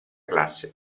classe